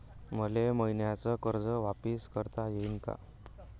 मले मईन्याचं कर्ज वापिस करता येईन का?